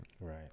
Right